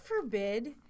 forbid